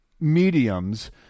mediums